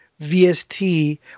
VST